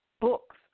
books